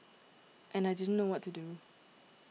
and I didn't know what to do